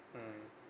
mmhmm